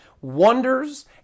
Wonders